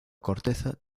corteza